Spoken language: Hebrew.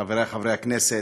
חברי חברי הכנסת,